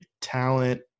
talent